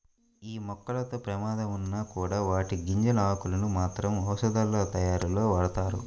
యీ మొక్కలతో ప్రమాదం ఉన్నా కూడా వాటి గింజలు, ఆకులను మాత్రం ఔషధాలతయారీలో వాడతారు